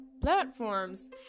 platforms